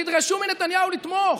תדרשו מנתניהו לתמוך.